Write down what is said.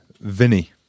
Vinny